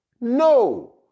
No